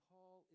Paul